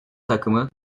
takımı